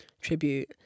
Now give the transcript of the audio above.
tribute